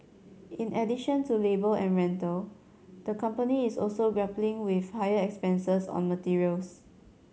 in addition to labour and rental the company is also grappling with higher expenses on materials